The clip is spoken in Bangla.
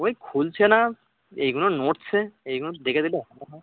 ওই খুলছে না এইগুলো নড়ছে এইগুলো দেখে দিলে ভালো হয়